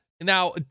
Now